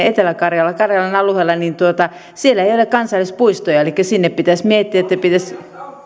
etelä karjalan karjalan alueella siellä ei ole kansallispuistoja elikkä pitäisi miettiä että sinne anteeksi